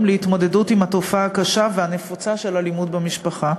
להתמודדות עם התופעה הקשה והנפוצה של אלימות במשפחה.